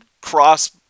cross